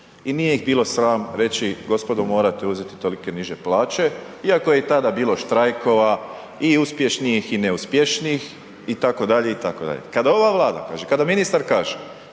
i nije ih bilo sram reći gospodo morate uzeti tolike niže plaće iako je i tada bilo štrajkova i uspješnih i neuspješnijih itd., itd. Kada ova Vlada kaže, kada ministar kaže